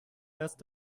erst